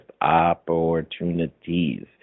opportunities